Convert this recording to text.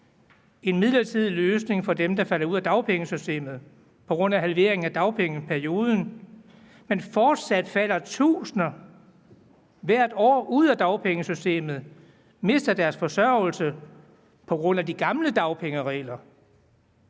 en midlertidig løsning for dem, der falder ud af dagpengesystemet på grund af halveringen af dagpengeperioden, men fortsat falder tusinder hvert år ud af dagpengesystemet og mister deres forsørgelse på grund af de gamle dagpengeregler.